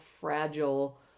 fragile